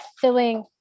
filling